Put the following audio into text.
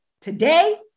today